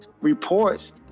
reports